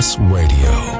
Radio